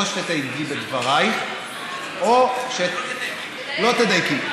או שתדייקי בדברייך או שלא תדייקי.